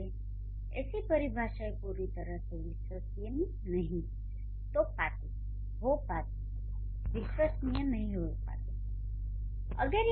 इसीलिए ऐसी परिभाषाएं पूरी तरह से विश्वसनीय नहीं हो पातीं